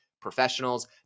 professionals